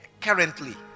currently